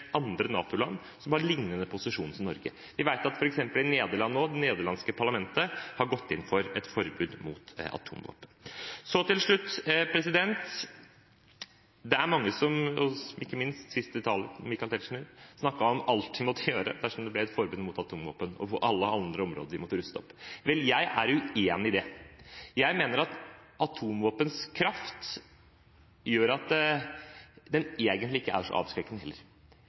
som har lignende posisjoner som Norge. Vi vet at f.eks. Nederland, det nederlandske parlamentet, har gått inn for et forbud mot atomvåpen. Så til slutt: Det er mange, ikke minst siste taler, Michael Tetzschner, som snakker om alt vi måtte gjøre dersom det ble et forbud mot atomvåpen, og alle andre områder vi måtte ruste opp. Vel, jeg er uenig i det. Jeg mener at atomvåpenets kraft gjør at det egentlig ikke er så avskrekkende heller.